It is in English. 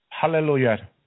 Hallelujah